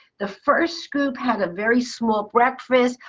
the first scoop had a very small breakfast,